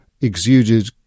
exuded